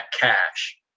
cash